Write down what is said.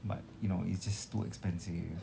but you know it's just too expensive